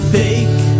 fake